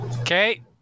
Okay